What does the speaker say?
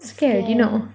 scared